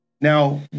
Now